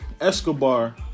Escobar